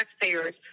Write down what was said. taxpayers